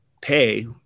pay